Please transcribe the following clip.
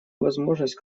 возможность